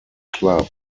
club